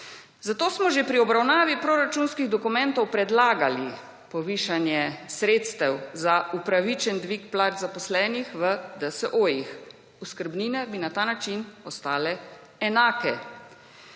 Zato smo že pri obravnavi proračunskih dokumentov predlagali povišanje sredstev za upravičen dvig plač zaposlenih v DSO-jih. Oskrbnine bi na ta način ostale enake.